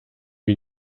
wie